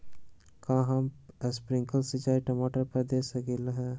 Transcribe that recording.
का हम स्प्रिंकल सिंचाई टमाटर पर दे सकली ह?